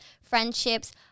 friendships